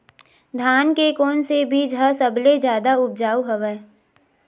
धान के कोन से बीज ह सबले जादा ऊपजाऊ हवय?